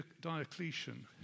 Diocletian